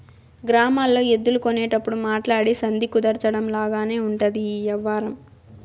గ్రామాల్లో ఎద్దులు కొనేటప్పుడు మాట్లాడి సంధి కుదర్చడం లాగానే ఉంటది ఈ యవ్వారం